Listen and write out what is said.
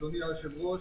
אדוני היושב-ראש,